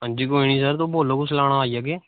अंजी तुस बोल्लो सर अस आई जाह्गे